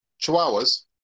chihuahuas